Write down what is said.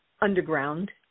underground